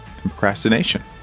procrastination